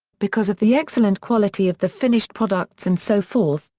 because of the excellent quality of the finished products and so forth,